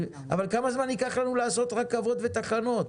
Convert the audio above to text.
אבל כמה זמן ייקח לנו לעשות רכבות ותחנות?